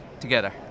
together